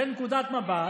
זו נקודת מבט.